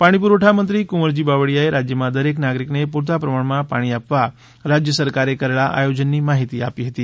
પાણી પુરવઠા મંત્રી કુંવરજી બાવળીયાએ રાજ્યમાં દરેક નાગરિકને પુરતા પ્રમાણમાં પાણી આપવા રાજ્ય સરકારે કરેલા આયોજનની માહિતી આપી હતી